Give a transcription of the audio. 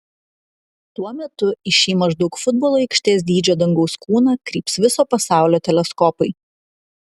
tuo metu į šį maždaug futbolo aikštės dydžio dangaus kūną kryps viso pasaulio teleskopai